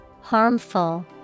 Harmful